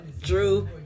Drew